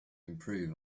improve